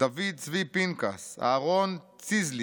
דוד צבי פנקס, אהרן ציזלינג,